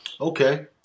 okay